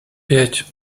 пять